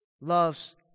loves